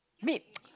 meat